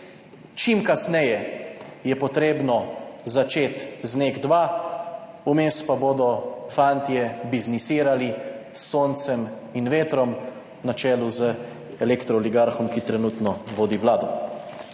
čim kasneje je potrebno začeti z NEK-2, vmes pa bodo fantje biznisirali s soncem in vetrom na čelu z elektro oligarhom, ki trenutno vodi vlado.